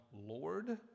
Lord